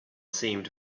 seemed